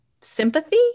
sympathy